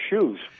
shoes